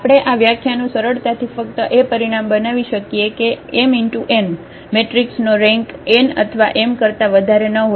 આપણે આ વ્યાખ્યાનું સરળતાથી ફક્ત એ પરિણામ બનાવી શકીએ કે m × n મેટ્રિક્સનો રેન્ક n અથવા m કરતા વધારે ન હોઈ શકે